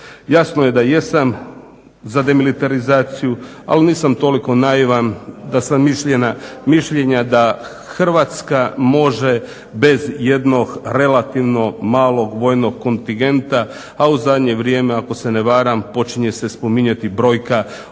Jasno je da jesam za demilitarizaciju, ali nisam toliko naivan da sam mišljenja da Hrvatska može bez jednog relativno malog vojnog kontingenta, a u zadnje vrijeme ako se ne varam počinje se spominjati brojka od